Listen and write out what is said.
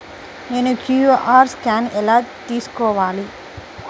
నేను QR scan ఎలా తీసుకోవాలి?